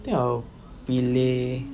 I think I will pilih